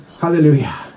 Hallelujah